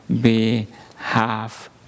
behalf